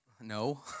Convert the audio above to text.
No